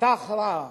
היתה הכרעה,